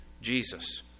Jesus